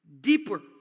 deeper